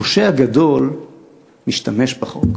פושע גדול משתמש בחוק.